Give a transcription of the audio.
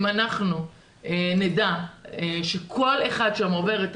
אם אנחנו נדע שכל אחד שם עובר את